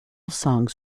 songs